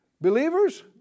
believers